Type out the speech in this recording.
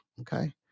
Okay